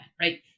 right